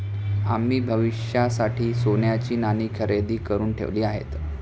आम्ही भविष्यासाठी सोन्याची नाणी खरेदी करुन ठेवली आहेत